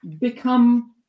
become